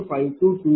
7520420